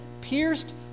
pierced